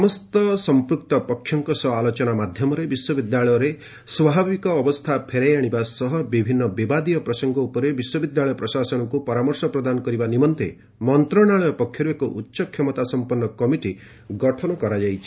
ସମସ୍ତ ସମ୍ପୂକ୍ତ ପକ୍ଷଙ୍କ ସହ ଆଲୋଚନା ମାଧ୍ୟମରେ ବିଶ୍ୱବିଦ୍ୟାଳୟରେ ସ୍ୱାଭାବିକ ଅବସ୍ଥା ଫେରାଇବ ଆଣିବା ବିଭିନ୍ନ ବିବାଦୀୟ ପ୍ରସଙ୍ଗ ଉପରେ ବିଶ୍ୱବିଦ୍ୟାଳୟ ପ୍ରଶାସନକୁ ପରାମର୍ଶ ପ୍ରଦାନ କରିବା ନିମନ୍ତେ ମନ୍ତ୍ରଣାଳୟ ପକ୍ଷରୁ ଏକ ଉଚ୍ଚକ୍ଷମତା ସମ୍ପନ୍ନ କମିଟି ଗଠନ କରାଯାଇଛି